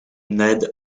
ned